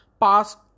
past